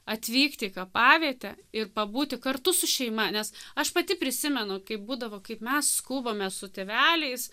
atvykt į kapavietę ir pabūti kartu su šeima nes aš pati prisimenu kaip būdavo kaip mes skubame su tėveliais